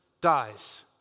dies